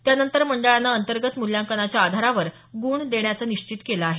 त्यानंतर मंडळानं अंतर्गत मूल्यांकनाच्या आधारावर गुण देण्याचं निश्चित केलं आहे